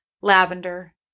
lavender